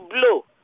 blow